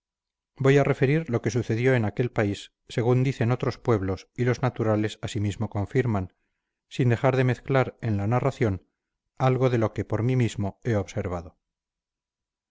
voy a referir lo que sucedió en aquel país según dicen otros pueblos y los naturales asimismo confirman sin dejar de mezclar en la narración algo de lo que por mí mismo he observado